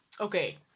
Okay